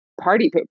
party